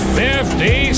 fifty